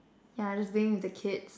yeah just being with the kids